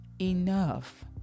enough